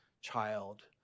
child